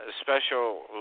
special